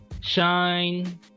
shine